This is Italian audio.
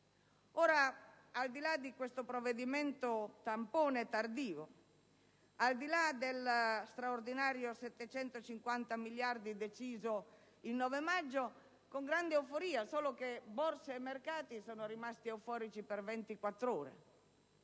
Europa. Al di là di questo provvedimento tampone tardivo, al di là dell'intervento straordinario di 750 miliardi deciso il 9 maggio con grande euforia, le Borse e i mercati sono rimasti euforici per 24 ore,